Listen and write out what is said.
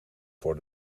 voor